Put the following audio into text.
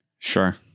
Sure